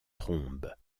trombe